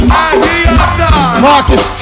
Marcus